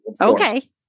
Okay